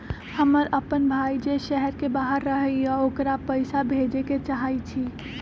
हमर अपन भाई जे शहर के बाहर रहई अ ओकरा पइसा भेजे के चाहई छी